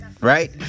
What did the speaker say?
Right